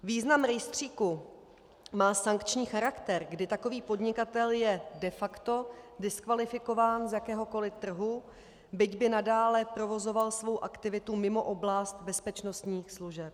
Význam rejstříku má sankční charakter, kdy takový podnikatel je de facto diskvalifikován z jakéhokoli trhu, byť by nadále provozoval svou aktivitu mimo oblast bezpečnostních služeb.